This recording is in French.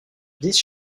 vice